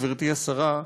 גברתי השרה,